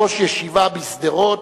ראש ישיבה בשדרות,